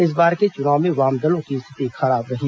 इस बार के चुनाव में वाम दलों की स्थिति खराब रही